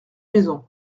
maison